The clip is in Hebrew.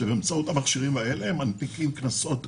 באמצעות המכשירים האלה הם מנפיקים קנסות אחרים,